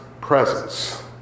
presence